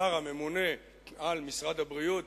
השר הממונה על משרד הבריאות,